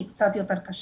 היא קצת יותר קשה.